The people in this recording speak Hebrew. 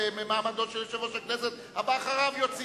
מעמדו של יושב-ראש הכנסת והבא אחריו יוציא.